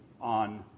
on